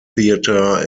theatre